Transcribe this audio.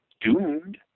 doomed